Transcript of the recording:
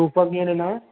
सूफ़ कीअं ॾिनव